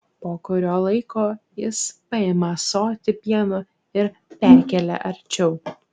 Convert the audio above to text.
po kurio laiko jis paima ąsotį pieno ir perkelia arčiau